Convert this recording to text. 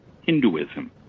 Hinduism